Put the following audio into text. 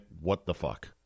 what-the-fuck